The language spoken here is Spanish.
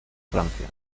francia